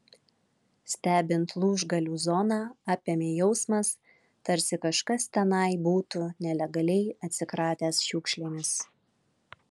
stebint lūžgalių zoną apėmė jausmas tarsi kažkas tenai būtų nelegaliai atsikratęs šiukšlėmis